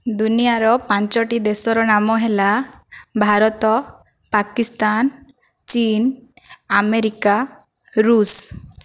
ଦୁନିଆର ପାଞ୍ଚଟି ଦେଶର ନାମ ହେଲା ଭାରତ ପାକିସ୍ତାନ ଚୀନ ଆମେରିକା ରୁଷ